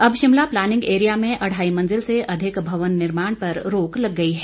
अब Shimla planning area में अढ़ाई मंजिल से अधिक भवन निर्माण पर रोक लग गई है